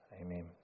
Amen